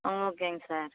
ஓ ஓகேங்க சார்